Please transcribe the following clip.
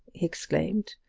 he exclaimed.